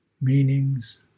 meanings